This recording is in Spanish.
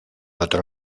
otro